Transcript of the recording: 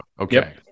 Okay